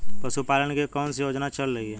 पशुपालन के लिए कौन सी योजना चल रही है?